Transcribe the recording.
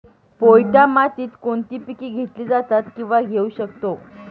पोयटा मातीत कोणती पिके घेतली जातात, किंवा घेऊ शकतो?